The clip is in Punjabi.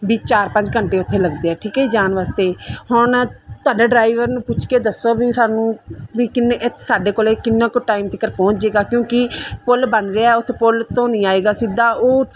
ਵੀ ਚਾਰ ਪੰਜ ਘੰਟੇ ਉੱਥੇ ਲੱਗਦੇ ਆ ਠੀਕ ਹੈ ਜਾਣ ਵਾਸਤੇ ਹੁਣ ਤੁਹਾਡਾ ਡਰਾਈਵਰ ਨੂੰ ਪੁੱਛ ਕੇ ਦੱਸੋ ਵੀ ਸਾਨੂੰ ਵੀ ਕਿੰਨੇ ਸਾਡੇ ਕੋਲੇ ਕਿੰਨਾ ਕੁ ਟਾਈਮ ਤੀਕਰ ਪਹੁੰਚ ਜਾਏਗਾ ਕਿਉਂਕਿ ਪੁੱਲ ਬਣ ਰਿਹਾ ਉੱਥੇ ਪੁੱਲ ਤੋਂ ਨਹੀਂ ਆਏਗਾ ਸਿੱਧਾ ਉਹ